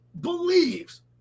believes